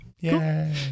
Yay